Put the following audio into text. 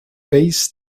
base